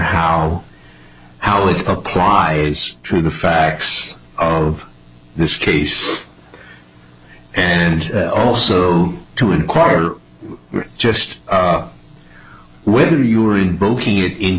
how how it applies to the facts of this case and also to enquire just whether you were in